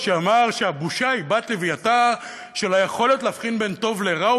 שאמר שהבושה היא בת לווייתה של היכולת להבחין בין טוב לרע,